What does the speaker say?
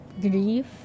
grief